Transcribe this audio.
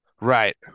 Right